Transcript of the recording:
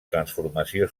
transformació